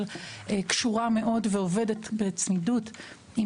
הקונסרבטיבית בישראל קשורה מאוד ועובדת בצמידות עם